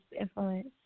influence